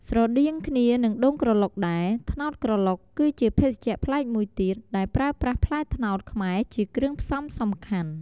ស្រដៀងគ្នានឹងដូងក្រឡុកដែរ ត្នោតក្រឡុកគឺជាភេសជ្ជៈប្លែកមួយទៀត ដែលប្រើប្រាស់ផ្លែត្នោតខ្មែរជាគ្រឿងផ្សំសំខាន់។